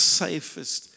safest